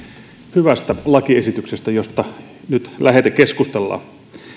hyvästä lakiesityksestä josta nyt lähetekeskustellaan